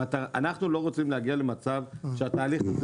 אנחנו לא רוצים להגיע למצב שהתהליך הזה